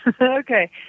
Okay